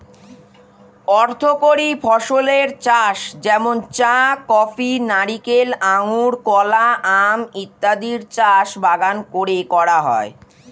অর্থকরী ফসলের চাষ যেমন চা, কফি, নারিকেল, আঙুর, কলা, আম ইত্যাদির চাষ বাগান করে করা হয়